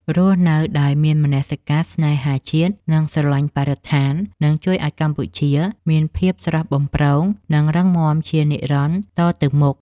រស់នៅដោយមានមនសិការស្នេហាជាតិនិងស្រឡាញ់បរិស្ថាននឹងជួយឱ្យកម្ពុជាមានភាពស្រស់បំព្រង និង រឹងមាំជានិរន្តរ៍តទៅមុខ។